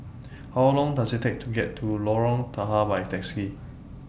How Long Does IT Take to get to Lorong Tahar By Taxi